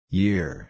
year